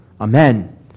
Amen